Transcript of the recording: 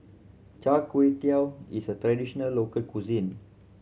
Char Kway Teow is a traditional local cuisine